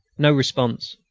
no response.